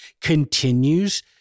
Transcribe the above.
continues